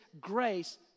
grace